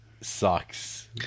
sucks